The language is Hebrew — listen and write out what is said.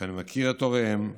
שאני מכיר את הוריהם,